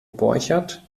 borchert